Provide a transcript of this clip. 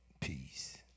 peace